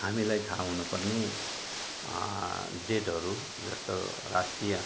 हामीलाई थाहा हुनु पर्ने डेटहरू जस्तो राष्ट्रिय